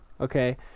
okay